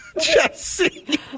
Jesse